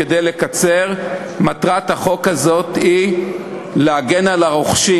כדי לקצר, מטרת החוק הזה היא להגן על הרוכשים.